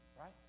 Right